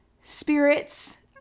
spirits